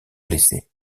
blessé